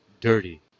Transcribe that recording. dirty